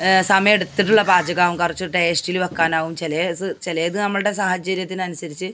സമയം എടുത്തിട്ടുള്ള പാചകമാകും കുറച്ച് ടേസ്റ്റിൽ വെക്കാനാകും ചിലത് ചിലത് നമ്മളുടെ സാഹചര്യത്തിനനുസരിച്ച്